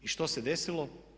I što se desilo?